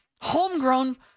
homegrown